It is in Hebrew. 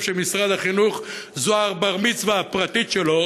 שמשרד החינוך זה הבר-מצווה הפרטי שלו,